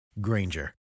Granger